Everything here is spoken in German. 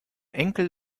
enkel